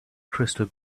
crystal